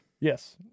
Yes